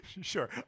sure